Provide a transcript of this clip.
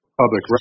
public